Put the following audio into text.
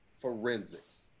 forensics